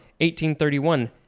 1831